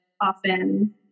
often